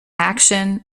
action